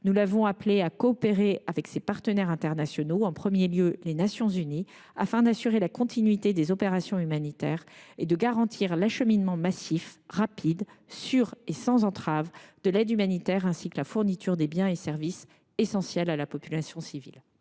Nous l’avons appelé à coopérer avec ses partenaires internationaux, en premier lieu les Nations unies, afin d’assurer la continuité des opérations humanitaires et de garantir l’acheminement massif, rapide, sûr et sans entrave de l’aide humanitaire, ainsi que la fourniture des biens et services essentiels à la population civile.